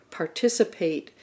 participate